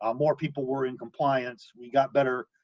um more people were in compliance, we got better,